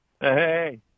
Hey